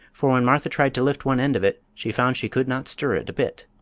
for when martha tried to lift one end of it she found she could not stir it a bit.